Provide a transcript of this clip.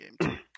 game